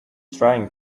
trying